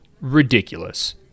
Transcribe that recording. ridiculous